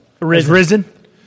risen